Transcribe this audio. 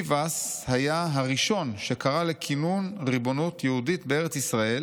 ביבאס היה הראשון שקרה לכינון ריבונות יהודית בארץ ישראל